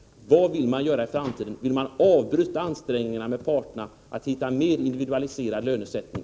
Vad vill man göra i framtiden? Vill man avbryta ansträngningarna att hitta en mer individualiserad lönesättning?